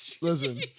Listen